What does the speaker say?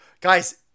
guys